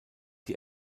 die